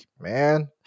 man